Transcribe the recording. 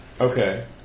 Okay